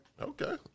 Okay